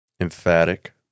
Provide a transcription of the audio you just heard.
emphatic